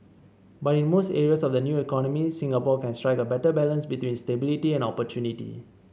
but in most areas of the new economy Singapore can strike a better balance between stability and opportunity